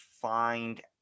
find